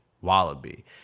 Wallaby